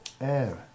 Air